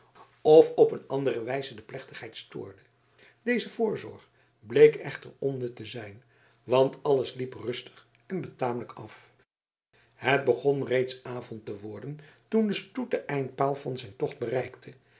of op een andere wijze de plechtigheid stoorde deze voorzorg bleek echter onnut te zijn want alles liep rustig en betamelijk af het begon reeds avond te worden toen de stoet den eindpaal van zijn tocht bereikte